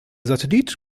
satellit